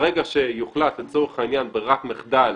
ברגע שיוחלט לצורך העניין על ברירת מחדל